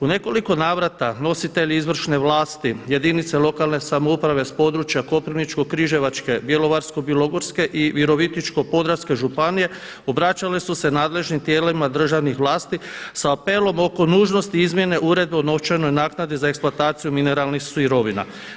U nekoliko navrata nositelji izvršne vlasti, jedinice lokalne samouprave sa područja Koprivničko-križevačke, Bjelovarsko-bilogorske i Virovitičko podravske županije obraćale su se nadležnim tijelima državnih vlasti sa apelom oko nužnosti izmjene uredbe o novčanoj naknadi za eksploataciju mineralnih sirovina.